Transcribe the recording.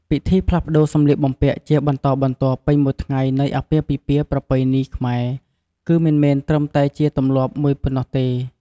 ពិធីផ្លាស់ប្ដូរសម្លៀកបំពាក់ជាបន្តបន្ទាប់ពេញមួយថ្ងៃនៃអាពាហ៍ពិពាហ៍ប្រពៃណីខ្មែរ គឺមិនមែនត្រឹមតែជាទម្លាប់មួយប៉ុណ្ណោះទេ។